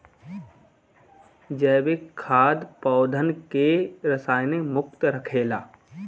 जैविक खाद पौधन के रसायन मुक्त रखेला